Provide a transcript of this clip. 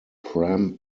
pram